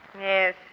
Yes